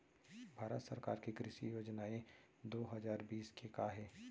भारत सरकार के कृषि योजनाएं दो हजार बीस के का हे?